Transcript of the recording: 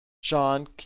Sean